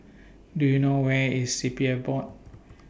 Do YOU know Where IS C P F Board